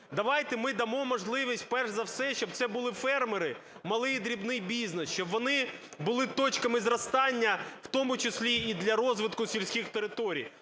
Давайте ми дамо можливість перш за все, щоб це були фермери, малий і дрібний бізнес, щоб вони були точками зростання, в тому числі і для розвитку сільських територій.